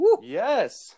Yes